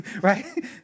right